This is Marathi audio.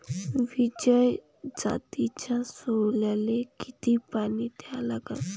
विजय जातीच्या सोल्याले किती पानी द्या लागन?